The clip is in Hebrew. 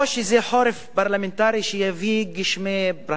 או שזה חורף פרלמנטרי שיביא גשמי ברכה,